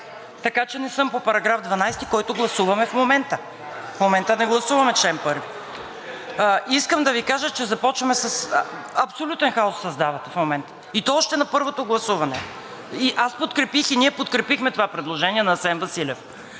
така че не съм по § 12, който гласуваме в момента. В момента не гласуваме чл. 1. Искам да ви кажа, че абсолютен хаос създавате в момента, и то още на първото гласуване. Аз подкрепих и ние подкрепихме това предложение на Асен Василев.